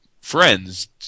friends